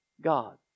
God